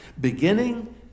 Beginning